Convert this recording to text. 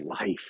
life